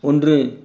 ஒன்று